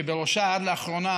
שבראשה עד לאחרונה